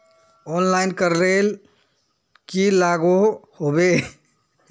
Online करले की लागोहो होबे?